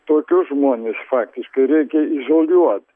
tokius žmones faktiškai reikia izoliuot